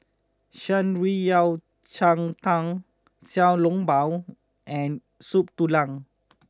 Shan Rui Yao Cai Tang Xiao Long Bao and Soup Tulang